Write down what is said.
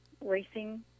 racing